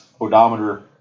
odometer